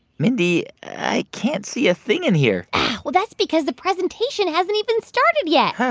mindy, i can't see a thing in here well, that's because the presentation hasn't even started yet.